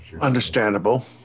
Understandable